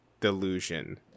delusion